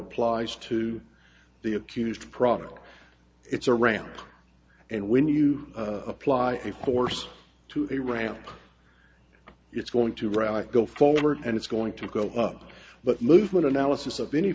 applies to the accused product it's around and when you apply a force to a ramp it's going to rock go forward and it's going to go up but movement analysis of any